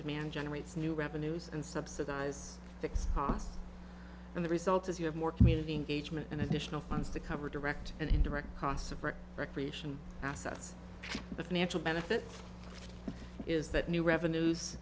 demand generates new revenues and subsidize fixed costs and the result is you have more community engagement and additional funds to cover direct and indirect costs of or recreation assets the financial benefit is that new revenues